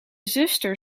zuster